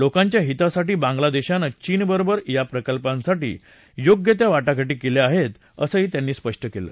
लोकांच्या हितासाठी बांगलादेशानं चीन बरोबर या प्रकल्पांसाठी योग्य त्या वाटाघाटी केल्या आहेत असंही त्या म्हणाल्या